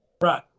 right